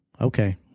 Okay